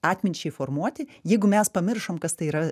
atminčiai formuoti jeigu mes pamiršom kas tai yra